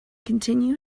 continue